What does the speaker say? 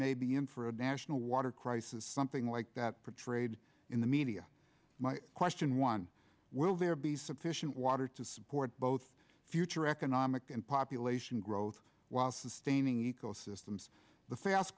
may be in for a national water crisis something like that portrayed in the media my question one will there be sufficient water to support both future economic and population growth while sustaining ecosystems the fast